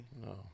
No